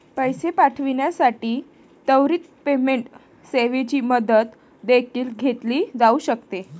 पैसे पाठविण्यासाठी त्वरित पेमेंट सेवेची मदत देखील घेतली जाऊ शकते